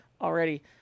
Already